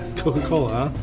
coca-cola.